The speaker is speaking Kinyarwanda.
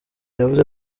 yavuze